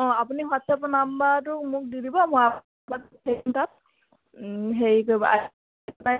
অঁ আপুনি হোৱাটছ আপৰ নাম্বাৰটো মোক দি দিব মই তাত হেৰি কৰিব